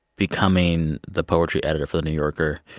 becoming the poetry editor for the new yorker.